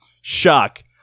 Shock